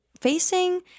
facing